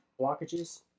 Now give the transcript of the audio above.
blockages